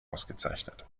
ausgezeichnet